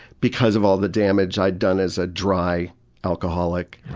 because of all the damage i had done as a dry alcoholic.